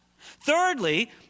Thirdly